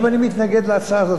אם אני מתנגד להצעה הזאת,